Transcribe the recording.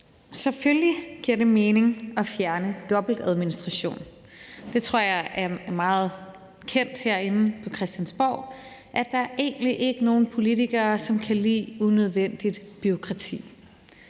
Selvfølgelig giver det mening at fjerne dobbeltadministration. Det tror jeg er meget kendt herinde på Christiansborg, altså at der egentlig ikke er nogen politikere, som kan lide unødvendigt bureaukrati.